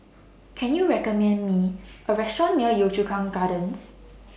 Can YOU recommend Me A Restaurant near Yio Chu Kang Gardens